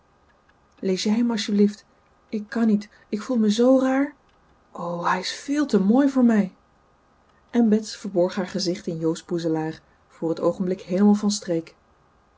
lees jij hem alsjeblieft ik kan niet ik voel me zoo raar o hij is véél te mooi voor mij en bets verborg haar gezicht in jo's boezelaar voor het oogenblik heelemaal van streek